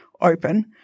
open